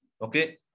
Okay